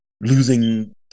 losing